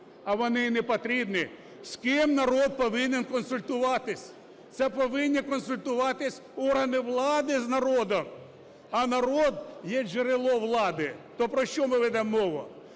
а вони і не потрібні. З ким народ повинен консультуватись? Це повинні консультуватись органи влади з народом. А народ є джерелом влади. То про що ми ведемо мову?